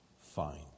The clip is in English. fine